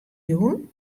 jûn